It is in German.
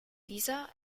dieser